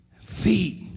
feet